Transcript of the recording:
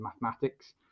mathematics